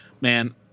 man